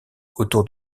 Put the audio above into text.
autour